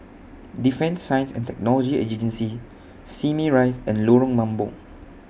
Defence Science and Technology Simei Rise and Lorong Mambong